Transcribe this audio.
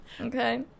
okay